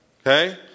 Okay